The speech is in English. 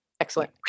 excellent